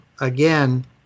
again